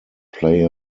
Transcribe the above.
play